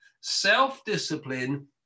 self-discipline